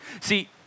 see